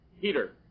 Peter